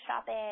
shopping